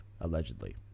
allegedly